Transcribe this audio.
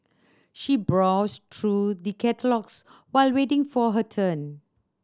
she browsed through the catalogues while waiting for her turn